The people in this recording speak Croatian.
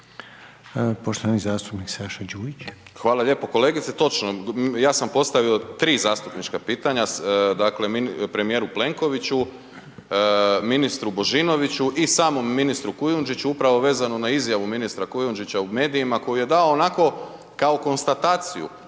Poštovani zastupnik Saša Đujić. **Đujić, Saša (SDP)** Hvala lijepo kolegice. Točno, ja sam postavio 3 zastupnika pitanja, premijeru Plenkoviću, ministru Božinoviću i samom ministru Kujundžiću upravo vezano na izjavu ministra Kujundžića u medijima koju je dao onako kao konstataciju,